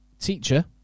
teacher